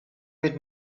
need